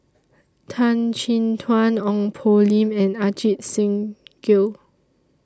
Tan Chin Tuan Ong Poh Lim and Ajit Singh Gill